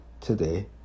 today